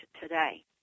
today